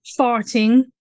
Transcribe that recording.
farting